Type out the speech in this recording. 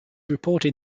reported